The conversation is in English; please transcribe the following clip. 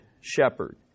shepherd